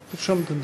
כן.